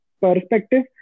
perspective